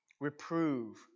reprove